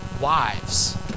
Wives